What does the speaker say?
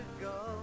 go